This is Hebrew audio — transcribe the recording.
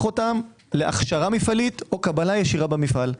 אותם להכשרה מפעלית או קבלה ישירה במפעל.